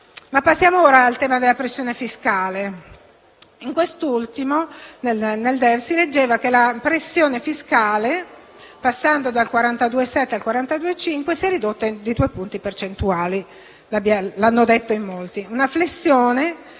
passiamo ora al tema della pressione fiscale. Nel DEF si leggeva che la pressione fiscale, passando dal 42,7 al 42,5, si è ridotta di 0,2 punti percentuali (l'hanno detto in molti).